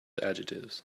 adjectives